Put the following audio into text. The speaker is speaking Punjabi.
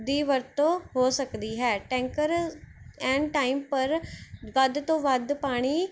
ਦੀ ਵਰਤੋਂ ਹੋ ਸਕਦੀ ਹੈ ਟੈਂਕਰ ਐਨ ਟਾਈਮ ਪਰ ਵੱਧ ਤੋਂ ਵੱਧ ਪਾਣੀ